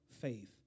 faith